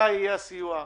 מתי יהיה הסיוע,